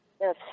Yes